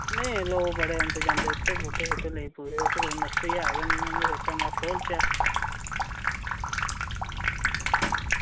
नेईं लोग बड़े औंदे जंदे उत्थें ते एह् नस्सियै आए दे न में सोचेआ खोह्चै